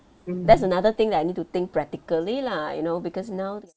that's another thing that I need to think practically lah you know because now